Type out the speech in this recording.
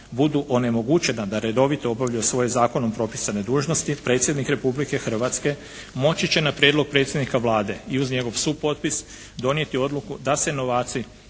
budu onemogućena da redovito obavljaju svoje zakonom propisane dužnosti, Predsjednik Republike Hrvatske moći će na prijedlog predsjednika Vlade i uz njegov supotpis, donijeti odluku da se novaci